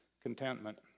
Contentment